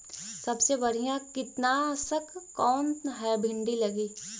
सबसे बढ़िया कित्नासक कौन है भिन्डी लगी?